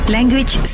Language